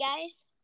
guys